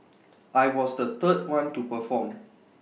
I was the third one to perform